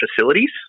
facilities